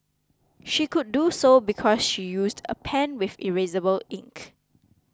she could do so because she used a pen with erasable ink